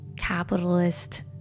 capitalist